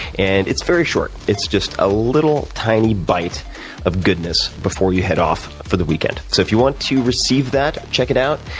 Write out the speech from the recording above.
and it's very short. it's just a little tiny byte of goodness before you head off for the weekend. so if you want to receive that, check it out.